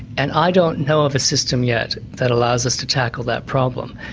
and i don't know of a system yet that allows us to tackle that problem.